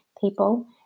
people